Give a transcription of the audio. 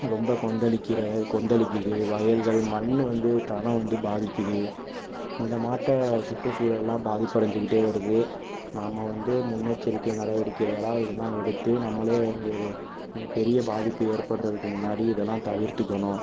ரொம்ப கொந்தளிக்கிற கொந்தளிக்குது வயல்கள் மண்ணு வந்து தளம் வந்து பாதிக்குது இந்த மாட்ட சுற்றுசூழல்லாம் பாதிப்படைஞ்சுகிட்டே வருது நம்ப வந்து முன்னெச்சரிக்கை நடவடிக்கைகள்லாம் இதெலா எடுத்து நம்பளே பெரிய பாதிப்பு ஏற்படறதுக்கு முன்னாடி இதுலாம் தவிர்த்துக்கணும்